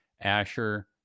Asher